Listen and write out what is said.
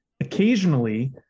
occasionally